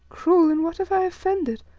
cruel. in what have i offended?